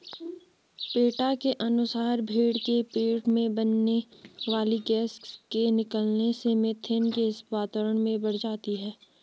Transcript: PETA के अनुसार भेंड़ के पेट में बनने वाली गैस के निकलने से मिथेन गैस वातावरण में बढ़ जाती है